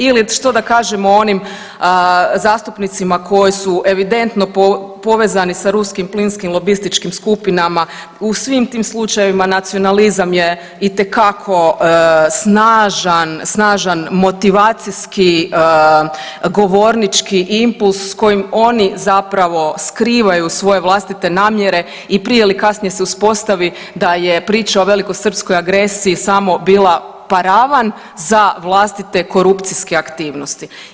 Ili što da kažem o onim zastupnicima koji su evidentno povezani sa ruskim plinskim lobističkim skupinama, u svim tim slučajevima nacionalizam je itekako snažan, snažan motivacijski govornički impuls s kojim oni zapravo skrivaju svoje vlastite namjere i prije ili kasnije se uspostavi da je priča o velikosrpskoj agresiji samo bila paravan za vlastite korupcijske aktivnosti.